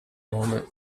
moment